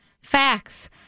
facts